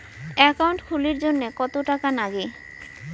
Account খুলির জন্যে কত টাকা নাগে?